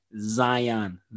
Zion